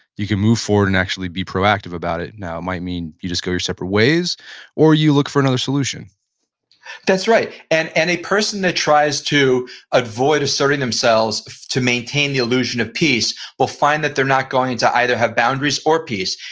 you can move forward and actually be proactive about it. now it might mean you just do your separate ways or you look for another solution that's right, and and a person that tries to avoid asserting themselves to maintain the illusion of peace will find that they're not going to either have boundaries or peace.